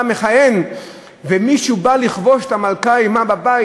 מכהן ומישהו בא לכבוש את המלכה עמו בבית,